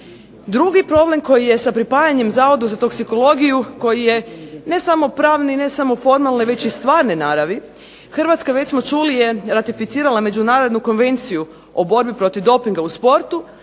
Drugi problem koji je sa pripajanjem Zavodu za toksikologiju koji je ne samo pravni, ne samo formalni već i stvarne naravi, Hrvatska već smo čuli je ratificirala Međunarodnu konvenciju o borbi protiv dopinga u sportu.